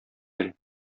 бел